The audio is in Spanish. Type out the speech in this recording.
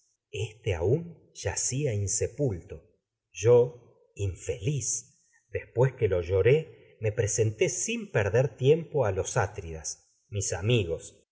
este yacía insepulto yo infe liz después po lo lloré me presenté sin perder tiem a los atridas mis amigos